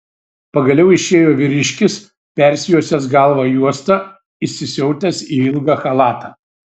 pagaliau išėjo vyriškis persijuosęs galvą juosta įsisiautęs į ilgą chalatą